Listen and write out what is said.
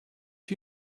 you